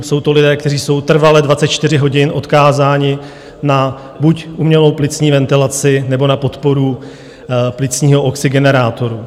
Jsou to lidé, kteří jsou trvale 24 hodin odkázáni buď na umělou plicní ventilaci, nebo na podporu plicního oxygenerátoru.